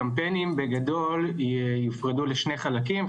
הקמפיינים בגדול יופרדו לשני חלקים.